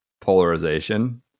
polarization